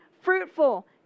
fruitful